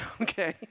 okay